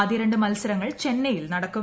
ആദ്യ രണ്ട് മത്സരങ്ങൾ ചെന്നൈയിൽ നടക്കും